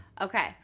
Okay